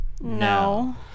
No